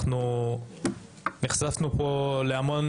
נחשפנו פה להמון